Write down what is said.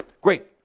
Great